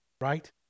right